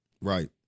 Right